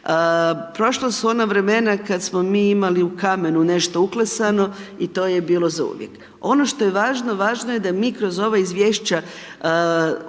Prošla su ona vremena kad smo mi imali u kamenu nešto uklesano i to ej bilo zauvijek. Ono što je važno, važno je da mi kroz ova izvješća